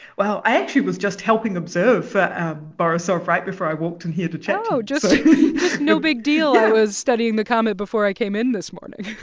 well, i actually was just helping observe ah borisov right before i walked in here to chat, so. oh, just no big deal. i was studying the comet before i came in this morning